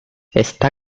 está